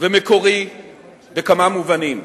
ומקורי בכמה מובנים.